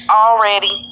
already